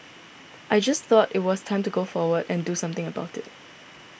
I just thought it was the time to go forward and do something about it